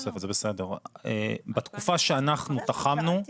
בתקופה שאנחנו תחמנו,